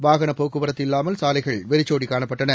வாகன போக்குவரத்து இல்லாமல் சாலைகள் வெறிச்சோடி காணப்பட்டன